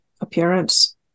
appearance